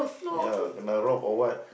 ya kena rob or what